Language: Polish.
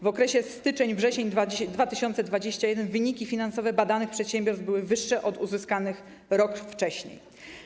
W okresie styczeń-wrzesień 2021 r. wyniki finansowe badanych przedsiębiorstw były wyższe od uzyskanych rok wcześniej.